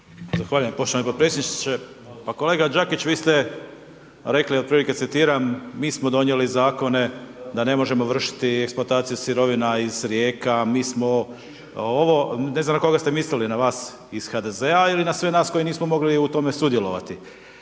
Zahvaljujem poštovani predsjedniče. Pa kolega Đakić, vi ste rekli otprilike citiram, mi smo donijeli zakone da ne možemo vršiti eksploataciju sirovina iz rijeka, mi smo ovo, ne znam na kog ste mislili, na vas iz HDZ-a ili na sve nas koji nismo mogli u tome sudjelovati.